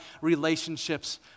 relationships